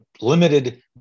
limited